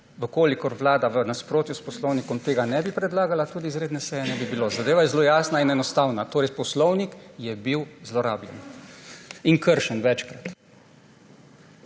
vlade. Če v nasprotju s poslovnikom vlada tega ne bi predlagala, tudi izredne seje ne bi bilo. Zadeva je zelo jasna in enostavna. Poslovnik je bil zlorabljen in kršen večkrat.